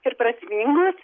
ir prasmingos